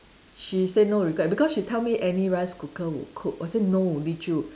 she say no regret because she tell me any rice cooker would cook I said no Li Choo